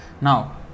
Now